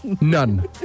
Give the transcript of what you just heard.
None